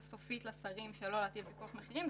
סופית לשרים שלא להטיל פיקוח מחירים.